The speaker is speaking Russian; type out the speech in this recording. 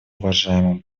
уважаемому